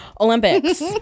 Olympics